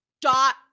Dot